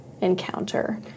encounter